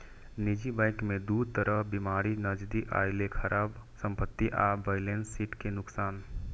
निजी बैंक मे दू तरह बीमारी नजरि अयलै, खराब संपत्ति आ बैलेंस शीट के नुकसान